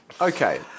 okay